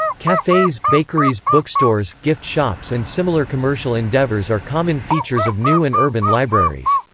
cafes, bakeries, bookstores, gift shops and similar commercial endeavors are common features of new and urban libraries.